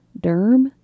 derm